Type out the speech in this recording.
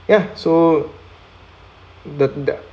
ya so the the